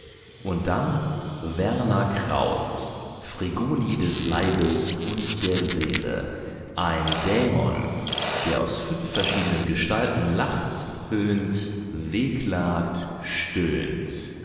und dann werner krauß fregoli des leibes und seele ein dämon der aus fünf verschiedenen gestalten lacht höhnt wehklagt stöhnt